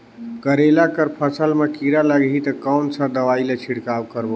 करेला कर फसल मा कीरा लगही ता कौन सा दवाई ला छिड़काव करबो गा?